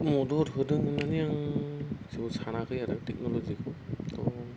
मदद होदों होननानै आं जेबो सानाखै आरो टेक्न'ल'जिखौ त